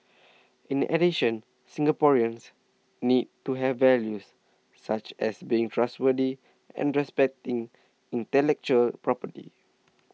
in addition Singaporeans need to have values such as being trustworthy and respecting intellectual property